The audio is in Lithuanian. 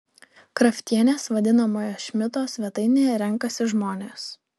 kraftienės vadinamoje šmito svetainėje renkasi žmonės